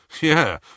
Yeah